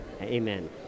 Amen